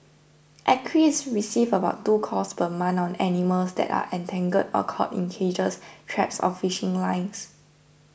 Acres receives about two calls per month on animals that are entangled or caught in cages traps or fishing lines